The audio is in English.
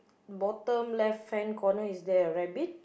bottom left hand corner is there rabbit